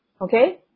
okay